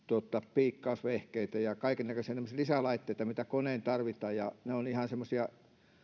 piikkausvehkeitä ja kaiken näköisiä tämmöisiä lisälaitteita mitä koneeseen tarvitaan ja ne ovat ihan semmoisia